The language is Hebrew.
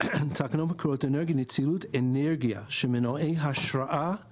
תקנות מקורות אנרגיה (נצילות אנרגיה של מנועי השראה חשמליים)